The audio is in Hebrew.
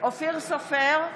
אופיר סופר,